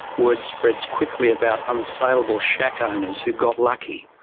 word spreads quickly about unsaleable shack owners who got lucky.